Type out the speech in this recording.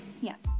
Yes